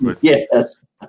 yes